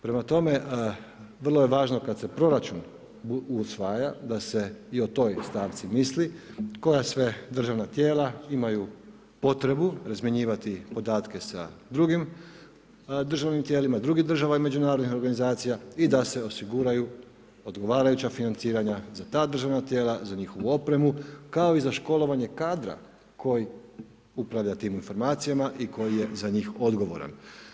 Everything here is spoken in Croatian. Prema tome, vrlo je važno kad se proračun usvaja da se i o toj stavci misli koja sve državna tijela imaju potrebu razmjenjivati podatke sa drugim državnim tijelima, drugih država i međunarodnih organizacija i da se osiguraju odgovarajuća financiranja za ta državna tijela, za njihovu opremu kao i za školovanje kadra koji upravlja tim informacijama i koji je za njih odgovoran.